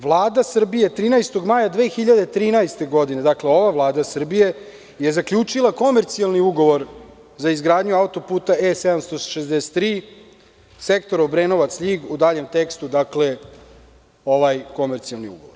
Vlada Srbije 13. maja 2013. godine, dakle ova Vlada Srbije, je zaključila komercijalni ugovor za izgradnju autoputa E763 sektor Obrenovac-Ljig, u daljem tekstu ovaj komercijalni ugovor.